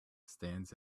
stands